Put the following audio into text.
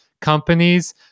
companies